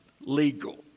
legal